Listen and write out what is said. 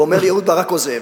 ואומר לי: אהוד ברק עוזב.